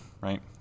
right